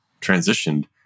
transitioned